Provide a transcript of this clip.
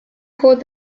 called